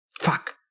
Fuck